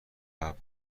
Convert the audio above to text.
ﺑﺒﺮﺍﻥ